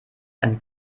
ein